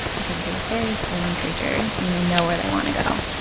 because they're very stubborn creatures and they know where they wanna go,